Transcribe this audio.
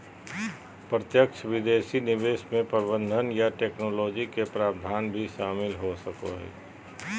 प्रत्यक्ष विदेशी निवेश मे प्रबंधन या टैक्नोलॉजी के प्रावधान भी शामिल हो सको हय